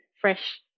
fresh